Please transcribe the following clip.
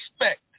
respect